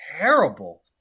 terrible